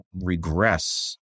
regress